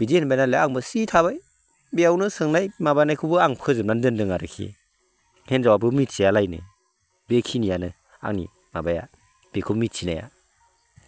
बिदि होनबाय नालाय आंबो स्रि थाबाय बेयावनो सोंनाय माबानायखौबो आं फोजोबनानै दोनदों आरोखि हिनजावाबो मिथियालायनो बेखिनिआनो आंनि माबाया बेखौ मिथिनाया